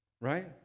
right